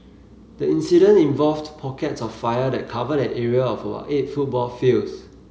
the incident involved pockets of fire that covered an area of about eight football fields